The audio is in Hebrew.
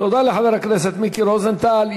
תודה לחבר הכנסת מיקי רוזנטל.